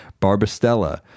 Barbastella